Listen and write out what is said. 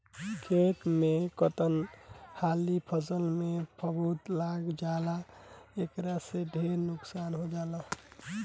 खेत में कतना हाली फसल में फफूंद लाग जाला एकरा से ढेरे नुकसान हो जाला